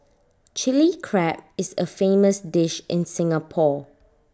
Chilli Crab is A famous dish in Singapore